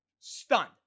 Stunned